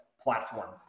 platform